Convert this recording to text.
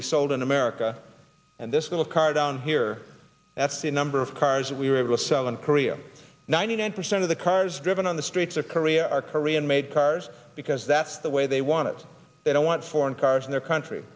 be sold in america and this little car down here that's the number of cars we were able to sell in korea ninety nine percent of the cars driven on the streets are korea are korean made cars because that's the way they want it they don't want foreign cars in their country